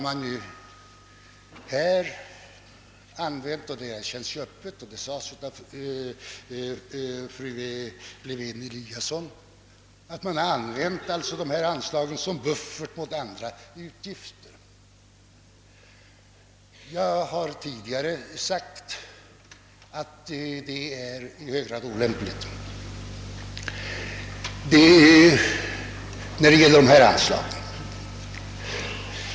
Man har använt — det erkändes öppet av fru Lewén-Eliasson — u-hjälpspengarna som buffert mot andra utgifter. Jag har tidigare framhållit att det är i hög grad olämpligt.